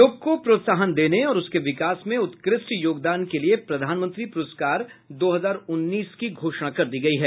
योग को प्रोत्साहन देने और उसके विकास में उत्कृष्ट योगदान देने के लिए प्रधानमंत्री पुरस्कार दो हजार उन्नीस की घोषणा कर दी गई है